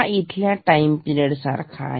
हा इथल्या time period सारखे आहे